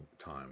time